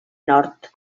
nord